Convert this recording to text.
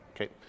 Okay